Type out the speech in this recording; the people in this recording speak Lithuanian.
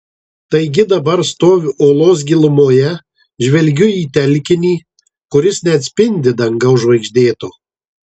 taigi dabar stoviu olos gilumoje žvelgiu į telkinį kuris neatspindi dangaus žvaigždėto